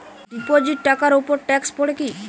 Deposit টাকার উপর tax পড়ে কি?